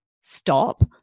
stop